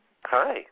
Hi